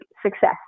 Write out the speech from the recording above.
success